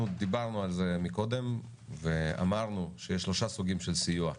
אנחנו דיברנו על זה מקודם ואמרנו שיש שלושה סוגים של סיוע,